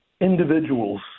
individuals